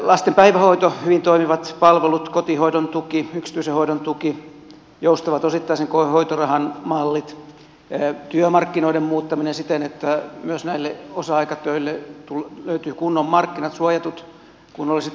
lasten päivähoito hyvin toimivat palvelut kotihoidon tuki yksityisen hoidon tuki joustavat osittaisen hoitorahan mallit työmarkkinoiden muuttaminen siten että myös näille osa aikatöille löytyy kunnon markkinat suojatut kunnolliset työsuhteet sinne